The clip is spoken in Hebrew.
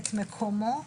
את מקומו,